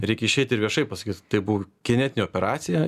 reikia išeit ir viešai pasakyt tai buvo kinetinė operacija